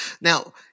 Now